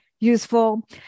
useful